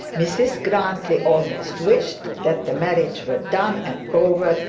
mrs grantly almost wished that the marriage was done and over,